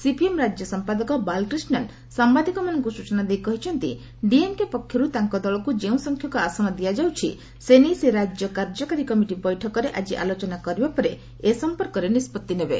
CPM ରାଜ୍ୟ ସଂପାଦକ ବାଲକ୍ରିଷନ୍ ସାମ୍ଘାଦିକମାନଙ୍କୁ ସୂଚନା ଦେଇ କହିଛନ୍ତି ଡିଏମ୍କେ ପକ୍ଷରୁ ତାଙ୍କ ଦଳକୁ ଯେଉଁ ସଂଖ୍ୟକ ଆସନ ଦିଆଯାଉଛି ସେ ନେଇ ସେ ରାଜ୍ୟ କାର୍ଯ୍ୟକାରୀ କମିଟି ବୈଠକରେ ଆଜି ଆଲୋଚନା କରିବା ପରେ ଏ ସଂପର୍କରେ ନିଷ୍ପଭି ନେବେ